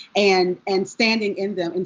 and and standing in them, and